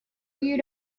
you